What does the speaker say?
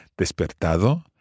despertado